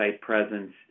presence